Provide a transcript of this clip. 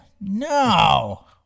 No